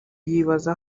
yibaza